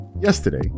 yesterday